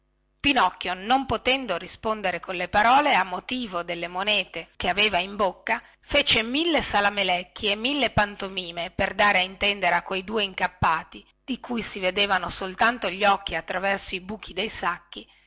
pinocchio non potendo rispondere con le parole a motivo delle monete che aveva in bocca fece mille salamelecchi e mille pantomime per dare ad intendere a quei due incappati di cui si vedevano soltanto gli occhi attraverso i buchi dei sacchi